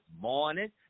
morning